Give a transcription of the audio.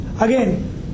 Again